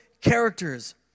characters